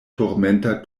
turmenta